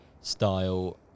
style